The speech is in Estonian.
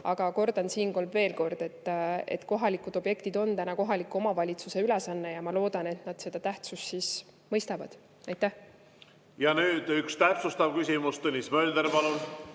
Aga kordan siinkohal veel, et kohalikud objektid on praegu kohaliku omavalitsuse ülesanne ja ma loodan, et nad seda tähtsust mõistavad. Ja nüüd üks täpsustav küsimus, Tõnis Mölder, palun!